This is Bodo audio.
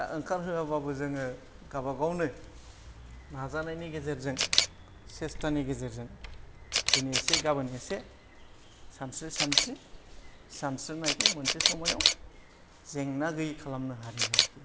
दा ओंखारहोआब्लाबो जोङो गाबागावनो नाजानायनि गेजेरजों सेस्थानि गेजेरजों दिनै एसे गाबोन एसे सानस्रि सानस्रि सानस्रिनायखौ मोनसे समायाव जेंना गैयै खालामनो हादों आरोखि